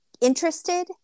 interested